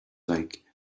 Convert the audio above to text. like